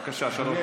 בבקשה, שלוש דקות.